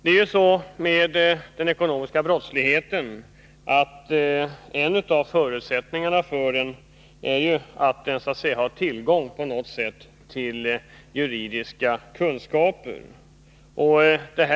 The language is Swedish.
En av förutsättningarna för den ekonomiska brottsligheten är att den har tillgång till juridiska kunskaper.